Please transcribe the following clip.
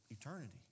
eternity